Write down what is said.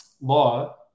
law